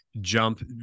jump